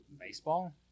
Baseball